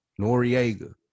Noriega